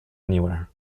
anywhere